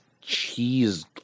Cheese